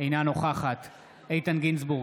אינה נוכחת איתן גינזבורג,